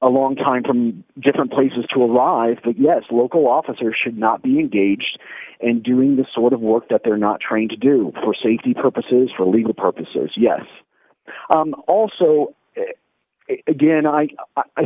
a long time from different places to a rifle yes local officer should not be engaged and during the sort of work that they're not trained to do for safety purposes for legal purposes yes also again i i